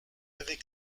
avec